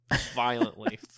violently